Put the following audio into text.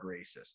racist